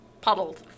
puddled